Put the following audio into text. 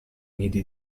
nidi